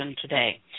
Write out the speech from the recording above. today